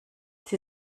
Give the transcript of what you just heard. sie